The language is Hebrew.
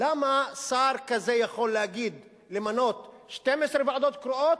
למה שר כזה יכול להגיד, למנות 12 ועדות קרואות,